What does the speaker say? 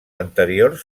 anteriors